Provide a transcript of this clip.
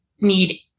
need